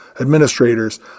administrators